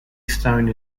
stone